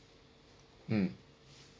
mm